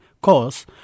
cause